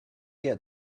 get